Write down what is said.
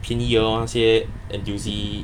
便宜的 lor 那些 N_T_U_C